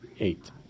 Eight